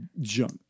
junk